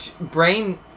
brain